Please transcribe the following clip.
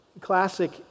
classic